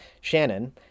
Shannon